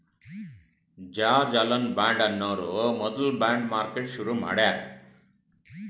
George Alan Bond ಅನ್ನೋರು ಮೊದ್ಲ bond market ಶುರು ಮಾಡ್ಯಾರ್